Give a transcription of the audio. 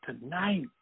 tonight